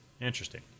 interesting